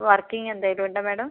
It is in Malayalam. വർക്കിങ് എന്തെങ്കിലും ഉണ്ടോ മേഡം